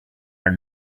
are